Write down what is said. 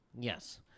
Yes